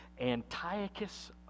Antiochus